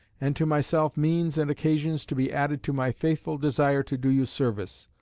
and to myself means and occasions to be added to my faithful desire to do you service.